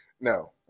No